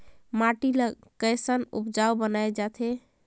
माटी ला कैसन उपजाऊ बनाय जाथे?